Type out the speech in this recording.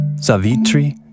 Savitri